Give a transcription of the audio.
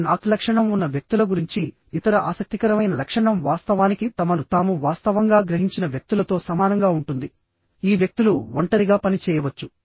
ఎన్ ఆక్ లక్షణం ఉన్న వ్యక్తుల గురించి ఇతర ఆసక్తికరమైన లక్షణం వాస్తవానికి తమను తాము వాస్తవంగా గ్రహించిన వ్యక్తులతో సమానంగా ఉంటుంది ఈ వ్యక్తులు ఒంటరిగా పని చేయవచ్చు